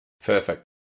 Perfect